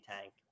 tank